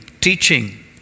teaching